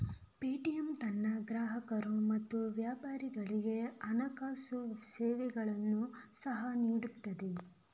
Paytm ತನ್ನ ಗ್ರಾಹಕರು ಮತ್ತು ವ್ಯಾಪಾರಿಗಳಿಗೆ ಹಣಕಾಸು ಸೇವೆಗಳನ್ನು ಸಹ ನೀಡುತ್ತದೆ